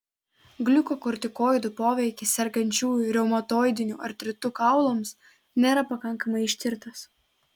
gliukokortikoidų poveikis sergančiųjų reumatoidiniu artritu kaulams nėra pakankamai ištirtas